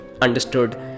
understood